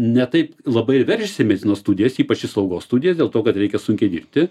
ne taip labai ir veržiasi į medicinos studijas ypač į slaugos studijas dėl to kad reikia sunkiai dirbti